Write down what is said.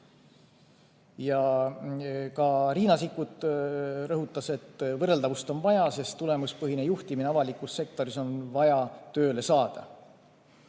Ka Riina Sikkut rõhutas, et võrreldavust on vaja, sest tulemuspõhine juhtimine avalikus sektoris on vaja tööle saada.